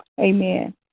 Amen